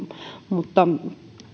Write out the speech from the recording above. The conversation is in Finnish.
mutta